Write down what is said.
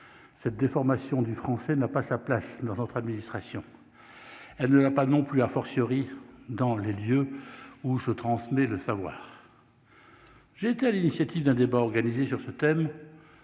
cette déformation du français n'a pas sa place dans notre administration, elle ne a pas non plus, a fortiori dans les lieux où se transmet le savoir, j'étais à l'initiative d'un débat organisé sur ce thème,